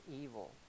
evil